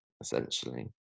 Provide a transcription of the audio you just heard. essentially